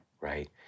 right